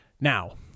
Now